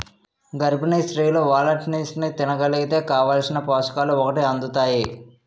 గర్భిణీ స్త్రీలు వాల్నట్స్ని తినగలిగితే కావాలిసిన పోషకాలు ఒంటికి అందుతాయి